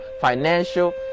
financial